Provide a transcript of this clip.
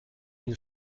une